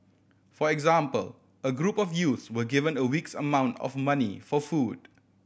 for example a group of youths were given a week's amount of money for food